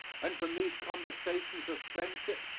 and from these conversations of friendship,